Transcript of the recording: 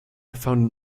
found